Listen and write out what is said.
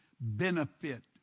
benefit